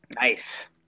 Nice